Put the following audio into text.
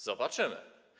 Zobaczymy.